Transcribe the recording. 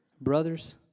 Brothers